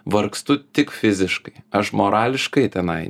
vargstu tik fiziškai aš morališkai tenai